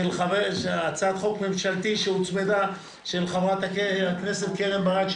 זאת הצעת חוק ממשלתית שהוצמדה להצעת חוק של חברת הכנסת קרן ברק,